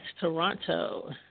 Toronto